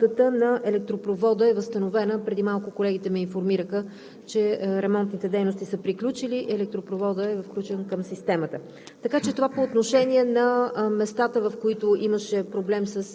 Работила е една работна група от МЕР София област и работата на електропровода е възстановена. Преди малко колегите ме информираха, че ремонтните дейности са приключили и електропроводът е включен към системата.